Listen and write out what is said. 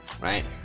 right